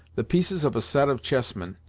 the pieces of a set of chessmen.